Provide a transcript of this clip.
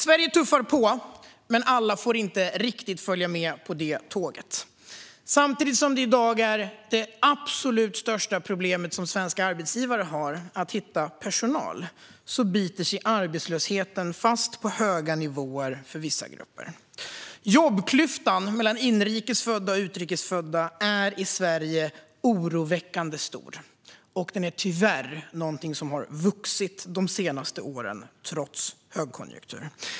Sverige tuffar på, men inte riktigt alla får följa med på tåget. Samtidigt som det i dag är svenska arbetsgivares absolut största problem att hitta personal biter sig arbetslösheten fast på höga nivåer för vissa grupper. Jobbklyftan mellan inrikes födda och utrikes födda är i Sverige oroväckande stor. Tyvärr har den också vuxit de senaste åren, trots högkonjunktur.